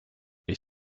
est